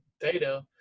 data